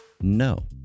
No